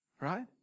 Right